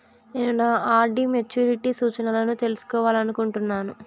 నేను నా RD maturity సూచనలను తెలుసుకోవాలనుకుంటున్నాను